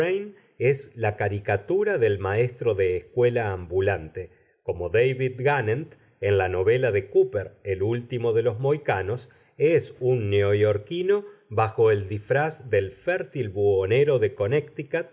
es la caricatura del maestro de escuela ambulante como david gánent en la novela de cóoper el último de los mohicanos es un neoyorquino bajo el disfraz del fértil buhonero de connécticut